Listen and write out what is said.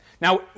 Now